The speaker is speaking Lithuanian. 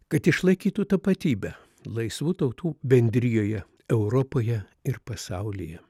kad išlaikytų tapatybę laisvų tautų bendrijoje europoje ir pasaulyje